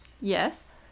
Yes